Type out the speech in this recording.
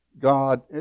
God